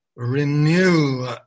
Renew